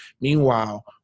meanwhile